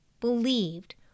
believed